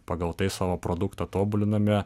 pagal tai savo produktą tobuliname